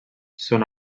són